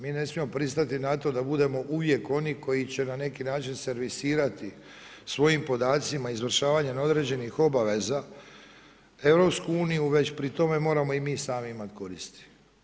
Mi ne smijemo pristati na to da budemo uvijek oni koji će na neki način servisirati svojim podacima izvršavanje određenih obaveza EU-a već pri tome moramo i mi sami imati koristi.